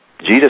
Jesus